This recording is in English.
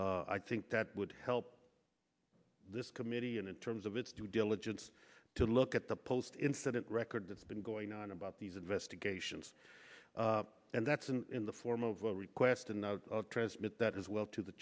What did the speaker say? documents i think that would help this committee and in terms of its due diligence to look at the post incident record that's been going on about these investigations and that's in the form of a request and transmit that as well to the